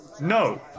No